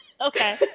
Okay